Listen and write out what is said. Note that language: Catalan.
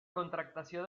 contractació